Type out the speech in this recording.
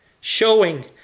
showing